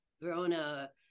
Verona